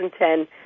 2010